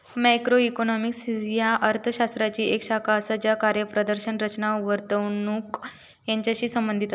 macroeconomics ह्या अर्थ शास्त्राची येक शाखा असा ज्या कार्यप्रदर्शन, रचना, वर्तणूक यांचाशी संबंधित असा